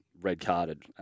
red-carded